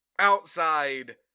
Outside